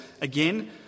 Again